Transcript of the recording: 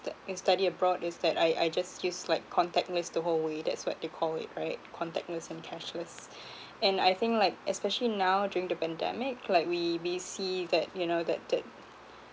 that and study abroad is that I I just use like contactless the whole way that's what they call it right contactless and cashless and I think like especially now during the pandemic like we we see that you know that that